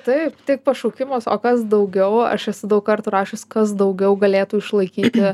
taip tik pašaukimas o kas daugiau aš esu daug kartų rašius kas daugiau galėtų išlaikyti